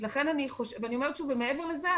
מעבר לזה,